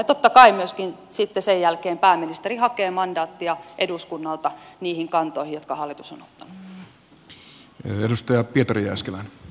totta kai myöskin sen jälkeen pääministeri hakee mandaattia eduskunnalta niihin kantoihin jotka hallitus on ottanut